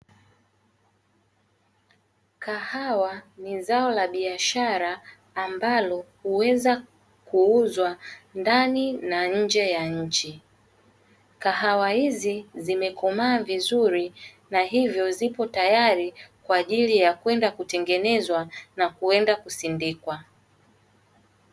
Kahawa ni zao la biashara ambalo huweza kuuzwa ndani na nje ya nchi. Kahawa hizi zimekomaa vizuri na hivyo zipo tayari kwa ajili ya kwenda kutengenezwa na kwenda kusindikwa.